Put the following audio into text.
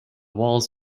walls